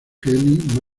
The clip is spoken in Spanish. kelly